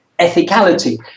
ethicality